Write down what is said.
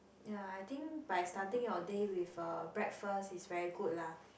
ya I think by starting your day with a breakfast is very good lah